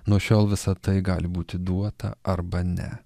nuo šiol visa tai gali būti duota arba ne